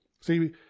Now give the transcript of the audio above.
See